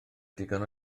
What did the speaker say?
digon